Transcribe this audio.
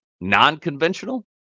non-conventional